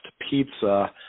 pizza